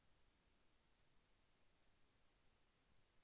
సేంద్రియ వ్యవసాయం వల్ల ఉపయోగాలు తెలుపగలరు?